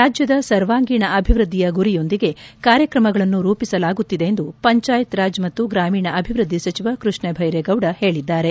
ರಾಜ್ಯದ ಸರ್ವಾಂಗೀಣ ಅಭಿವೃದ್ಧಿಯ ಗುರಿಯೊಂದಿಗೆ ಕಾರ್ಯಕ್ರಮಗಳನ್ನು ರೂಪಿಸಲಾಗುತ್ತಿದೆ ಎಂದು ಪಂಚಾಯತ್ ರಾಜ್ ಮತ್ತು ಗ್ರಾಮೀಣ ಅಭಿವೃದ್ಧಿ ಸಚಿವ ಕೃಷ್ಣ ಬ್ಲೆರೇಗೌಡ ಹೇಳದ್ದಾರೆ